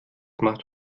macht